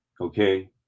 okay